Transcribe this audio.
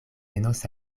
venos